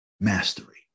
Mastery